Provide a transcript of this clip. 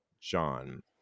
John